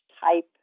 type